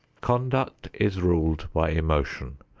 conduct is ruled by emotion,